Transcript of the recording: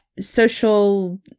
social